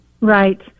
Right